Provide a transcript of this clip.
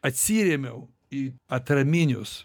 atsirėmiau į atraminius